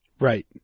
Right